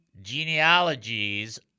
Genealogies